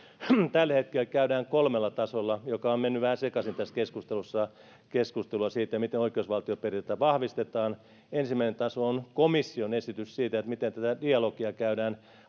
tällä hetkellä käydään kolmella tasolla jotka ovat menneet vähän sekaisin tässä keskustelussa keskustelua siitä miten oikeusvaltioperiaatetta vahvistetaan ensimmäinen taso on komission esitys siitä miten tätä oikeusvaltiodialogia käydään